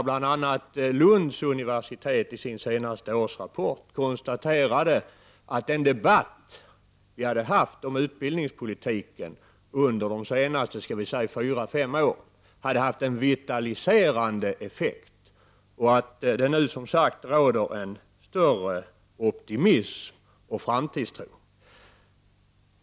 Bl.a. har Lunds universitet i sin senaste årsrapport konstaterat att den debatt som vi har haft om utbildningspolitiken under de senaste fyra fem åren har haft en vitaliserande effekt och att det nu råder en större optimism och framtidstro.